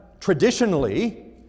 traditionally